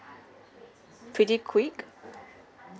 pretty quick